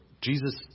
Jesus